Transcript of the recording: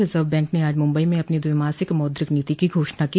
reserve bank ने आज मुम्बई में अपनी द्विमासिक मौद्रिक नीति की घोषणा की